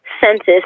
census